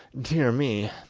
dear me,